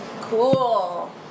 Cool